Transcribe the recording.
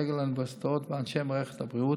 סגל האוניברסיטאות ואנשי מערכת הבריאות,